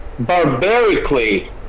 barbarically